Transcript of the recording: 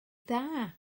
dda